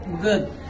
good